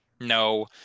No